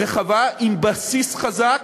רחבה עם בסיס חזק,